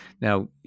Now